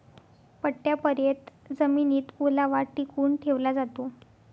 पट्टयापर्यत जमिनीत ओलावा टिकवून ठेवला जातो